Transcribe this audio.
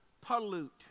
pollute